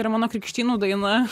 yra mano krikštynų daina